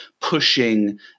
pushing